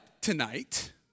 tonight